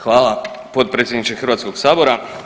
Hvala potpredsjedniče Hrvatskoga sabora.